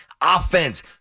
offense